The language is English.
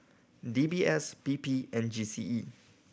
D B S P P and G C E